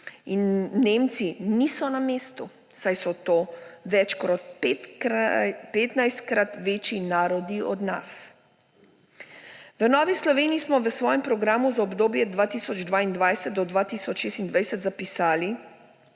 in Nemci, niso na mestu, saj so to več kot petnajstkrat večji narodi od nas. V Novi Sloveniji smo v svojem programu za obdobje 2022 do 2026 zapisali,